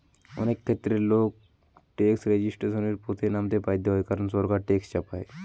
অনেক ক্ষেত্রে লোক ট্যাক্স রেজিস্ট্যান্সের পথে নামতে বাধ্য হয় কারণ সরকার ট্যাক্স চাপায়